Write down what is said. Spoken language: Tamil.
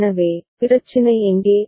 எனவே பிரச்சினை எங்கே